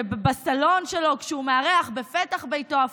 בסלון שלו, כשהוא מארח, ואפילו בפתח ביתו.